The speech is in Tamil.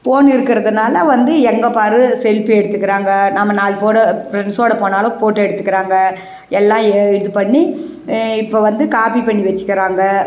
ஃபோன் இருக்கிறதுனால வந்து எங்கே பார் செல்ப்பி எடுத்துக்கிறாங்க நம்ம நாலு போட்டோ ஃப்ரெண்ட்ஸோடு போனாலும் போட்டோ எடுத்துக்கிறாங்க எல்லாம் இது பண்ணி இப்போது வந்து காப்பி பண்ணி வெச்சுக்கிறாங்க